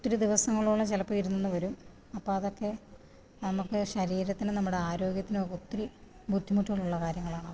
ഒത്തിരി ദിവസങ്ങളോളം ചിലപ്പം ഇരുന്നെന്ന് വരും അപ്പം അതൊക്കെ നമുക്ക് ശരീരത്തിനും നമ്മുടെ ആരോഗ്യത്തിനും ഒക്കെ ഒത്തിരി ബുദ്ധിമുട്ടുള്ള കാര്യങ്ങളാണ് അതൊക്കെ